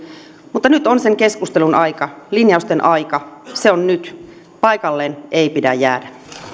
mutta nyt on sen keskustelun aika linjausten aika se on nyt paikalleen ei pidä jäädä